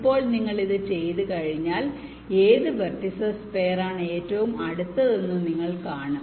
ഇപ്പോൾ നിങ്ങൾ ഇത് ചെയ്തുകഴിഞ്ഞാൽ ഏത് വെർട്ടിസ്സ് പെയർ ആണ് ഏറ്റവും അടുത്തതെന്ന് നിങ്ങൾ കാണും